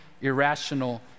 irrational